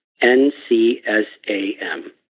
N-C-S-A-M